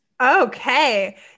Okay